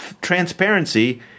transparency